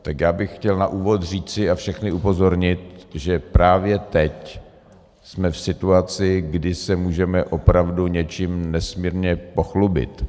Tak já bych chtěl na úvod říci a všechny upozornit, že právě teď jsme v situaci, kdy se můžeme opravdu něčím nesmírně pochlubit.